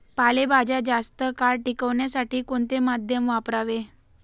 पालेभाज्या जास्त काळ टिकवण्यासाठी कोणते माध्यम वापरावे?